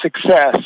success